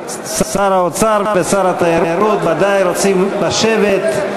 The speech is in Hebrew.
שר האוצר ושר התיירות בוודאי רוצים לשבת,